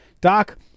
Doc